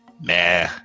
Nah